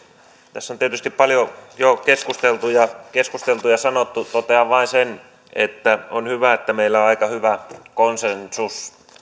tässä on tietysti paljon jo keskusteltu ja keskusteltu ja sanottu totean vain sen että on hyvä että meillä on aika hyvä konsensus